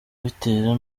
ibitera